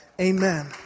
Amen